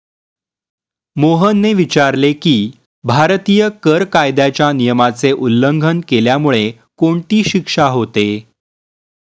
मोहनने विचारले की, भारतीय कर कायद्याच्या नियमाचे उल्लंघन केल्यामुळे कोणती शिक्षा होते?